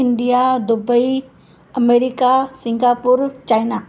India Dubai America Singapore China